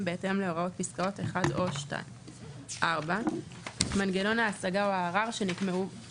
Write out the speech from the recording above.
בהתאם להוראות בפסקאות (1) או (2); מנגנון ההשגה או הערר שנקבעו